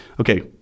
Okay